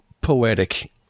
poetic